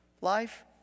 Life